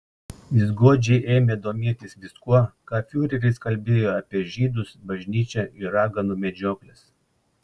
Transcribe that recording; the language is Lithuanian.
jis godžiai ėmė domėtis viskuo ką fiureris kalbėjo apie žydus bažnyčią ir raganų medžiokles